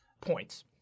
points